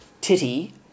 titty